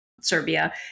Serbia